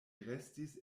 restis